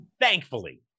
Thankfully